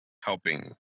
helping